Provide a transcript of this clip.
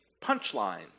punchlines